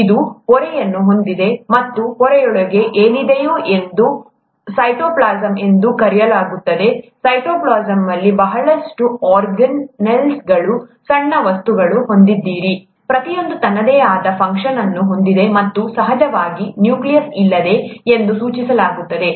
ಇದು ಪೊರೆಯನ್ನು ಹೊಂದಿದೆ ಮತ್ತು ಪೊರೆಯೊಳಗೆ ಏನಿದೆಯೋ ಅದನ್ನು ಸೈಟೋಪ್ಲಾಸಂ ಎಂದು ಕರೆಯಲಾಗುತ್ತದೆ ಮತ್ತು ಸೈಟೋಪ್ಲಾಸಂ ಅಲ್ಲಿ ಬಹಳಷ್ಟು ಆರ್ಗನ್ ಸೆಲ್ಸ್ಗಳು ಸಣ್ಣ ವಸ್ತುಗಳನ್ನು ಹೊಂದಿದ್ದೀರಿ ಪ್ರತಿಯೊಂದೂ ತನ್ನದೇ ಆದ ಫಂಕ್ಷನ್ ಅನ್ನು ಹೊಂದಿದೆ ಮತ್ತು ಸಹಜವಾಗಿ ನ್ಯೂಕ್ಲಿಯಸ್ ಇಲ್ಲಿದೆ ಎಂದು ಸೂಚಿಸಲಾಗುತ್ತದೆ